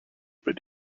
but